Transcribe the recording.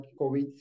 COVID